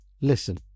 Listen